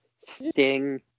Sting